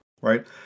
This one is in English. right